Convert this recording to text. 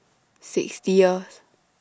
sixtieth